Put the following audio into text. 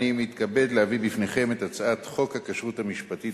אני מתכבד להביא בפניכם את הצעת חוק הכשרות המשפטית